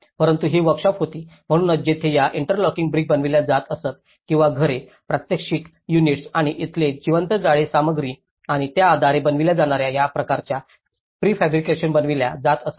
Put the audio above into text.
परंतु ही वोर्कशॉप होती म्हणूनच जेथे या इंटरलॉकिंग ब्रिक बनवल्या जात असत किंवा घरे प्रात्यक्षिक युनिट्स आणि इथले जिवंत गाळे सामग्री आणि त्या आधारे बनविल्या जाणाऱ्या या प्रकारच्या प्री फॅब्रिकेशन्स बनवल्या जात असत